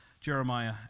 Jeremiah